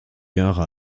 jahre